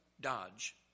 Dodge